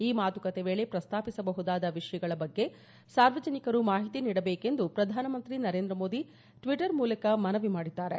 ಈ ಮಾತುಕತೆ ವೇಳೆ ಪ್ರಸ್ತಾಪಿಸಬಹುದಾದ ವಿಷಯಗಳ ಬಗ್ಗೆ ಸಾರ್ವಜನಿಕರು ಮಾಹಿತಿ ನೀಡಬೇಕು ಎಂದು ಪ್ರಧಾನಮಂತ್ರಿ ನರೇಂದ್ರ ಮೋದಿ ಟ್ಟೀಟರ್ ಮೂಲಕ ಮನವಿ ಮಾಡಿದ್ದಾರೆ